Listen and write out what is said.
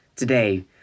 today